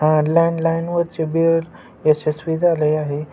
हा लँडलाईनवरचे बिळ याचं सुविधा लय आहे